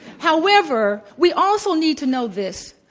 however, we also need to know this,